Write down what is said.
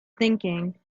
thinking